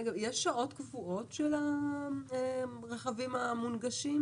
יש שעות קבועות של הרכבים המונגשים?